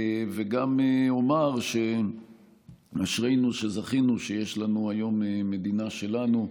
גם אומר שאשרינו שזכינו שיש לנו היום מדינה שלנו,